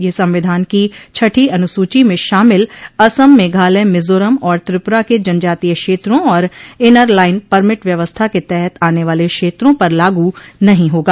यह संविधान की छठी अनुसूची में शामिल असम मेघालय मिजोरम और त्रिपुरा के जनजातीय क्षेत्रों और इनरलाइन परमिट व्यवस्था के तहत आने वाले क्षेत्रों पर लागू नहीं होगा